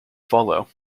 follow